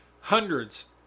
hundreds